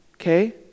okay